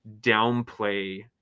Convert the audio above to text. downplay